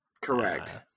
Correct